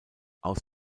aus